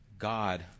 God